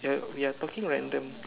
we're we are talking random